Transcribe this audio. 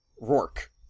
Rourke